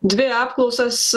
dvi apklausas